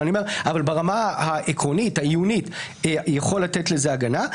אבל ברמה העקרונית העיונית יכול לתת לזה הגנה.